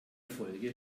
folge